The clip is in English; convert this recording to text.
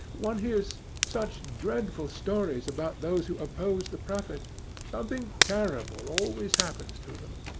one hears such dreadful stories about those who oppose the prophet something terrible always happens to them.